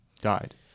died